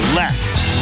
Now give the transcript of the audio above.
less